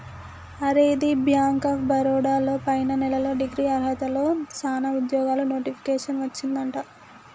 అరే ది bank of Baroda లో పైన నెలలో డిగ్రీ అర్హతతో సానా ఉద్యోగాలు నోటిఫికేషన్ వచ్చిందట